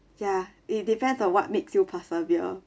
ya it depends on what makes you persevere